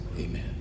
Amen